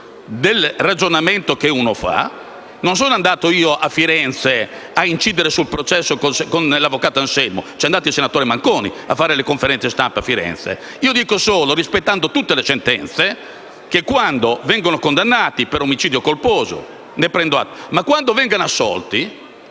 del ragionamento svolto da chi interviene. Non sono andato io a Firenze a incidere sul processo dell'avvocato Anselmo. È stato il senatore Manconi a fare le conferenze stampa a Firenze. Io dico solo, rispettando tutte le sentenze, che quando intervengono condanne per omicidio colposo, ne prendo atto,